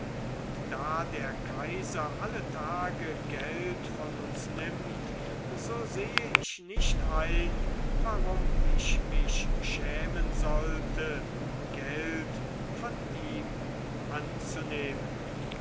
und da der kaiser alle tage geld von uns nimmt so sehe ich nicht ein warum ich mich schämen sollte geld von ihm anzunehmen